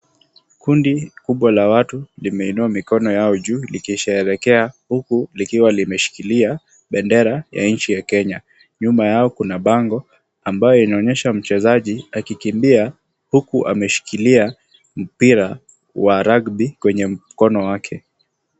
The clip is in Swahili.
Kundi kubwa la watu limeinua mikono yao juu ikisheherekea huku likiwa limeshikilia bendera ya nchi ya Kenya. Nyuma yao kuna bango ambayo inaonyesha mchezaji akikimbia huku ameshikilia mpira wa rugby kwenye mkono wake.